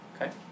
okay